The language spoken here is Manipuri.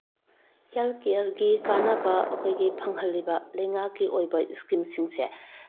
ꯍꯦꯜꯠ ꯀꯤꯌꯔꯒꯤ ꯀꯥꯟꯅꯕ ꯑꯩꯈꯣꯏꯒꯤ ꯐꯪꯍꯜꯂꯤꯕ ꯂꯩꯉꯥꯛꯀꯤ ꯑꯣꯏꯕ ꯏꯁꯀꯤꯝꯁꯤꯡꯁꯦ